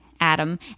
Adam